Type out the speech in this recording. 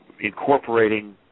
incorporating